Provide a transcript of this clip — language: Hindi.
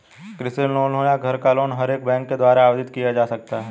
कृषि लोन हो या घर का लोन हर एक बैंक के द्वारा आवेदित किया जा सकता है